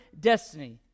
destiny